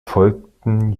folgten